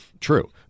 true